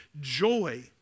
joy